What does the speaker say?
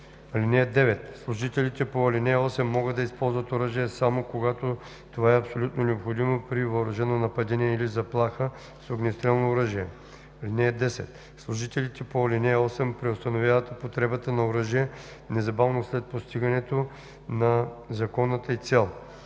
(9) Служителите по ал. 8 може да използват оръжие, само когато това е абсолютно необходимо при въоръжено нападение или заплаха с огнестрелно оръжие. (10) Служителите по ал. 8 преустановяват употребата на оръжие незабавно след постигането на законната ѝ цел.